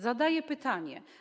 Zadaję pytanie.